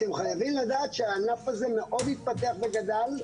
אתם חייבים לדעת שהענף הזה מאוד התפתח וגדל,